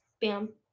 bam